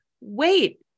wait